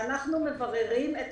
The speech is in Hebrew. אנחנו מבררים את